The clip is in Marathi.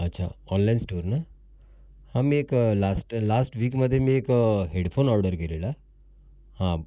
अच्छा ऑनलाईन स्टोर ना हां मी एक लास्ट लास्ट वीकमध्ये मी एक हेडफोन ऑर्डर केलेला हां